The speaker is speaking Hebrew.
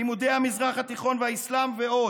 לימודי המזרח התיכון והאסלאם ועוד,